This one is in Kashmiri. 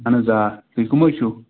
اہن حظ آ تُہۍ کٕم حظ چھِو